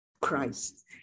christ